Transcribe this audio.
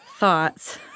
thoughts